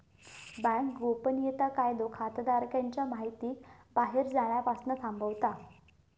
bank गोपनीयता कायदो खाताधारकांच्या महितीक बाहेर जाण्यापासना थांबवता